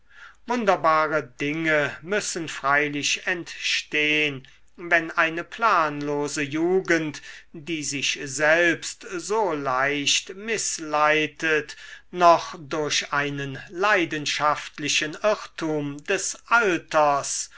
wunderbare dinge müssen freilich entstehn wenn eine planlose jugend die sich selbst so leicht mißleitet noch durch einen leidenschaftlichen irrtum des alters